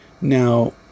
Now